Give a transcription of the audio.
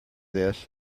this